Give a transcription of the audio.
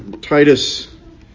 Titus